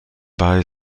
bei